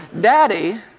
Daddy